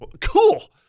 cool